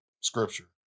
scripture